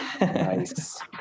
nice